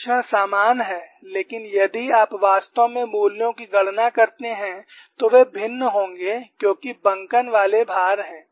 लक्षण समान है लेकिन यदि आप वास्तव में मूल्यों की गणना करते हैं तो वे भिन्न होंगे क्योंकि बंकन वाले भार है